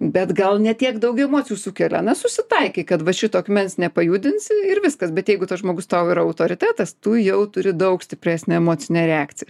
bet gal ne tiek daug emocijų sukelia na susitaikei kad va šito akmens nepajudinsi ir viskas bet jeigu tas žmogus tau yra autoritetas tu jau turi daug stipresnę emocinę reakciją